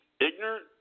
Ignorant